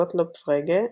גוטלוב פרגה,